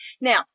Now